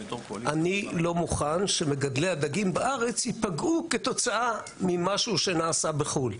אני לא מוכן שמגדלי הדגים בארץ ייפגעו כתוצאה ממשהו שנעשה בחו"ל.